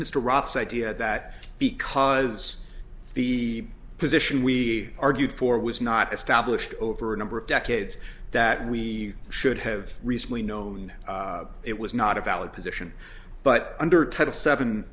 mr rock's idea that because the position we argued for was not established over a number of decades that we should have recently known it was not a valid position but under ten of